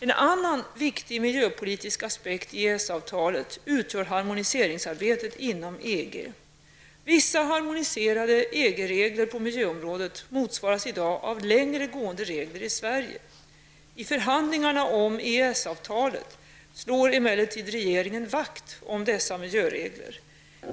En annan viktig miljöpolitisk aspekt i EES-avtalet utgör harmoniseringsarbetet inom EG. Vissa harmoniserade EG-regler på miljöområdet motsvaras i dag av längre gående regler i Sverige. I förhandlingarna om EES-avtalet slår emellertid regeringen vakt om dessa miljöregler.